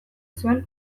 zuen